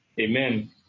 Amen